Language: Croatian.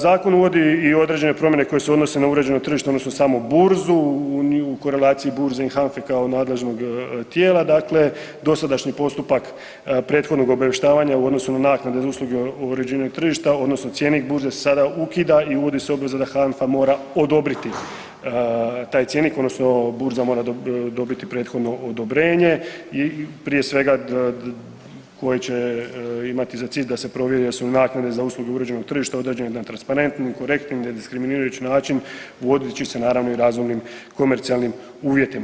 Zakon uvodi i određene promjene koje se odnose na uređeno tržište odnosno samu burzu, u korelaciji burze i HANFA-e kao nadležnog tijela dakle dosadašnji postupak prethodnog obavještavanja u odnosu na naknade iz usluge o uređenju tržišta odnosno cjenik burze sada ukida i uvodi se obveza da HANFA mora odobriti taj cjenik odnosno burza mora dobiti prethodno odobrenje i prije svega koje će imati za cilj da se provjeri jesu li naknade za usluge uređenog tržišta određene na transparentnim i korektnim i ne diskriminirajući način vodeći se naravno i razumnim komercionalnim uvjetima.